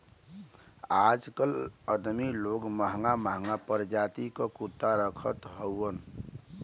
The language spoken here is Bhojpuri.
आजकल अदमी लोग महंगा महंगा परजाति क कुत्ता रखत हउवन